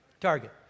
Target